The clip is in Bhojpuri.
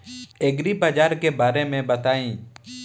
एग्रीबाजार के बारे में बताई?